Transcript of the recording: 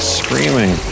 screaming